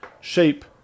shape